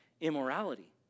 immorality